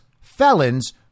felons